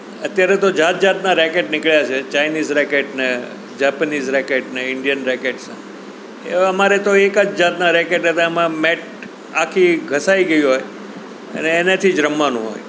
અત્યારે તો જાત જાતના રેકેટ નીકળ્યા છે ચાઈનીઝ રેકેટને જેપનીઝ રેકેટને ઈન્ડિયન રેકેટ સે એવા અમારે તો એક જ જાતના રેકેટ હતા એમાં મેટ આખી ઘસાઈ ગઈ હોય અને એનાથી જ રમવાનું હોય